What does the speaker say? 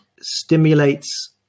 stimulates